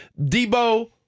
Debo